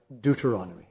Deuteronomy